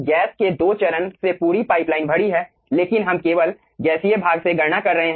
gas के दो चरण से पूरी पाइपलाइन भरी है लेकिन हम केवल गैसीय भाग से गणना कर रहे हैं